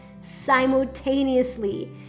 simultaneously